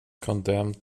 condemned